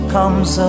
Comes